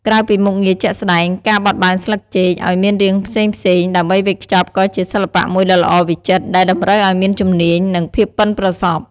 ក្រៅពីមុខងារជាក់ស្តែង ការបត់បែនស្លឹកចេកឱ្យមានរាងផ្សេងៗដើម្បីវេចខ្ចប់ក៏ជា សិល្បៈមួយដ៏ល្អវិចិត្រ ដែលតម្រូវឱ្យមានជំនាញ និងភាពប៉ិនប្រសប់។